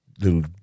little